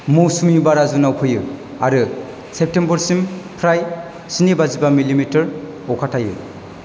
मौसुमि बारा जुनाव फैयो आरो सेप्तेम्बरसिमफ्राय स्नि बाजि बा मिलीमीटर अखा थायो